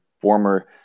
former